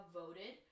voted